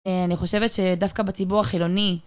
אני חושבת שדווקא בציבור החילוני...